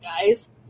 guys